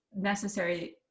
necessary